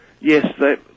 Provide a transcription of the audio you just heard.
Yes